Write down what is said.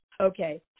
Okay